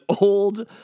old